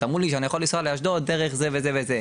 אמרו לי שאני יכול לנסוע לאשדוד דרך זה וזה וזה,